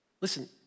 Listen